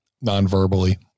non-verbally